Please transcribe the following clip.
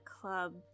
club